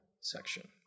section